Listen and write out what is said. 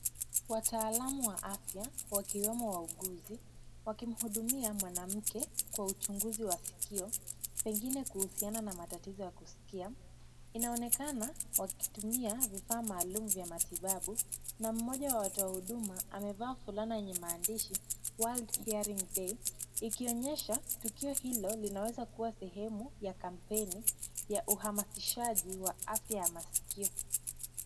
Wataalamu wa afya wakiwemo wauguzi wakimhudumia mwanamke kwa uchunguzi wa sikio pengine kuhusiana na matatizo ya kusikia. Inaonekana wakitumia vifaa maalum vya matibabu na mmoja wa watoahuduma amevaa fulana yenye maandishi world hearing day ikionyesha tukio hilo linaweza kuwa sehemu ya kampeni ya uhamasishaji wa afya ya masikio.